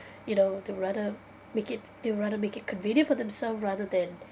you know they would rather make it they would rather make it convenient for themself rather than